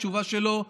התשובה שלו,